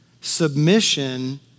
Submission